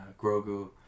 Grogu